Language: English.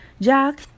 Jack